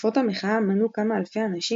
אספות המחאה מנו כמה אלפי אנשים,